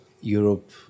Europe